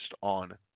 on